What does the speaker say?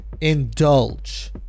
indulge